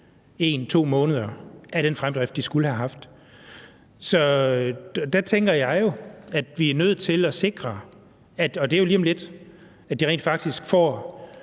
1-2 måneder af den fremdrift, de skulle have haft. Der tænker jeg jo, at vi er nødt til at sikre, at de rent faktisk får